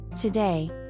Today